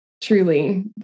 Truly